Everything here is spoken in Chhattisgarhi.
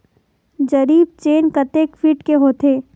जरीब चेन कतेक फीट के होथे?